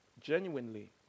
genuinely